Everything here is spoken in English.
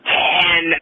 ten